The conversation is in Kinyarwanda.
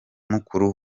mukuru